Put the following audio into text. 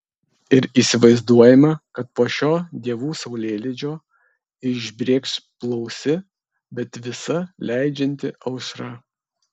ir įsivaizduojame kad po šio dievų saulėlydžio išbrėkš blausi bet visa leidžianti aušra